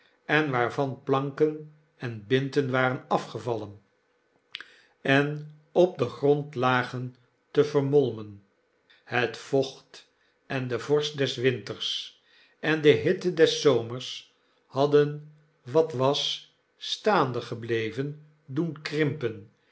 en waarvan planken en binten waren afgevallen en op den grond lagen te vermolmen het vocht en de vorst des winters en de hitte des zomers hadden wat was staande gebleven doen krimpen